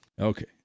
Okay